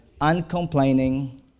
uncomplaining